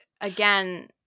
again